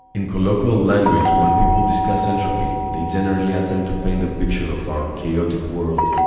in colloquial language, when people discuss entropy, they generally attempt to paint a picture of our chaotic world.